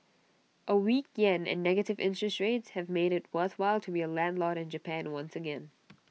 A weak Yen and negative interest rates have made IT worthwhile to be A landlord in Japan once again